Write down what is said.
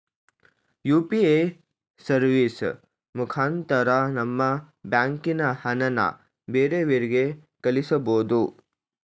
UPA service ಮುಖಾಂತರ ನಮ್ಮ ಬ್ಯಾಂಕಿನ ಹಣನ ಬ್ಯಾರೆವ್ರಿಗೆ ಕಳಿಸ್ಬೋದು